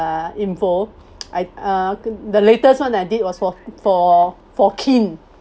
uh info I uh the latest one that I did was for for for kin